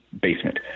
basement